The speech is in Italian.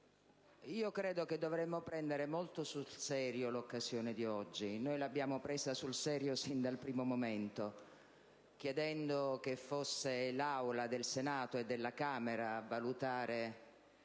Credo che dovremmo prendere molto sul serio l'occasione odierna; noi l'abbiamo fatto sin dal primo momento, chiedendo che fossero le Assemblee del Senato e della Camera a valutare